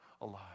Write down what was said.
alive